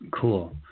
Cool